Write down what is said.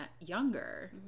younger